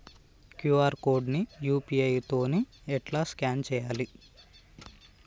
QR code ని UPI తోని ఎట్లా స్కాన్ చేయాలి?